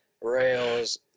rails